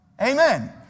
Amen